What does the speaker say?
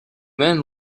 man